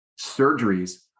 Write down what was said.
surgeries